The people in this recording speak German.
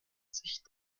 sich